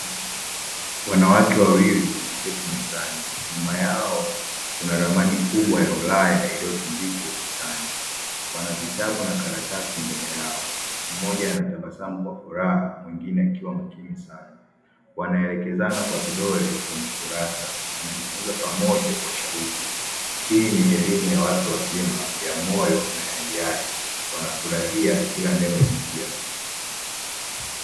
Wananwake wawili wameketi mezani, nyuma yao kuna ramani kubwa ya ulaya iliyotundika ukutani, wana vitabu na karatasi mbele yao mmoja anatabasamu kwa furaha mwingine akiwa makini sana, wanaelekezana kwa vidole kwenye kurasa wanajifunza pamoja kwa shauku. Hii ni elimu ya watu wazima ya moyo na ya hiari, wanafurahia kila neno jipya.